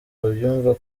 babyumva